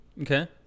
Okay